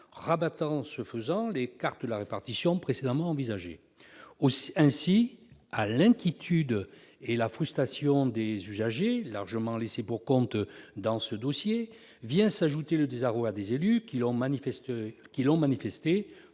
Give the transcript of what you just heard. rebattant les cartes de la répartition précédemment envisagée. Ainsi, à l'inquiétude et à la frustration des usagers, largement laissés pour compte dans ce dossier, vient s'ajouter le désarroi des élus, qui l'ont manifesté